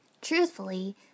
Truthfully